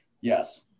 yes